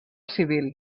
civil